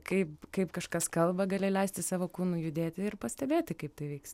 kaip kaip kažkas kalba gali leisti savo kūnui judėti ir pastebėti kaip tai vyks